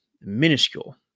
minuscule